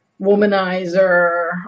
Womanizer